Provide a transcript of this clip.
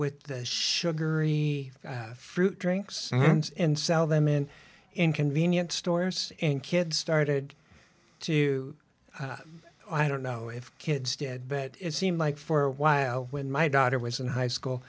with the sugary fruit drinks and sell them in inconvenient stores in kids started to i don't know if kids did that it seemed like for a while when my daughter was in high school